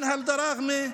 מנהל דראגמה,